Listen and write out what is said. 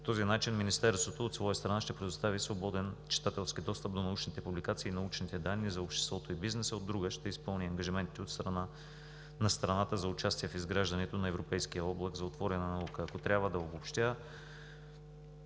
По този начин Министерството, от своя страна, ще предостави свободен читателски достъп до научните публикации и научните данни за обществото и бизнеса, а, от друга, ще изпълни ангажиментите на страната за участие в изграждането на европейския облак за отворена наука. Ако трябва да обобщя,